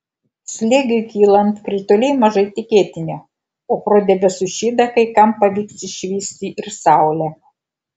slėgiui kylant krituliai mažai tikėtini o pro debesų šydą kai kam pavyks išvysti ir saulę